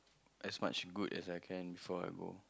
as much good as I can before I go